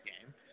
game